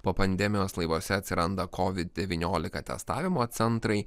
po pandemijos laivuose atsiranda kovid devyniolika testavimo centrai